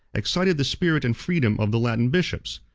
excited the spirit and freedom of the latin bishops.